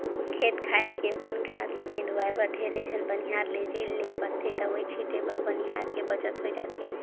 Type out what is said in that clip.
खेत खार के बन घास ल निंदवाय बर ढेरे झन बनिहार लेजे ले परथे दवई छीटे बर बनिहार के बचत होय जाथे